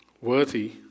worthy